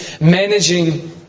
managing